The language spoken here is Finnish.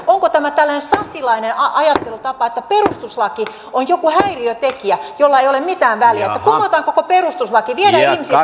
onko tämä tällainen sasilainen ajattelutapa että perustuslaki on joku häiriötekijä jolla ei ole mitään väliä että kumotaan koko perustuslaki viedään ihmisiltä oikeudet pois